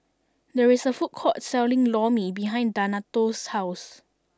there is a food court selling Lor Mee behind Donato's house